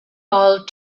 all